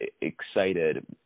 excited